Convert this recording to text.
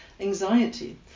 Anxiety